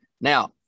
Now